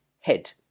head